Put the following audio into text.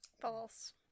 False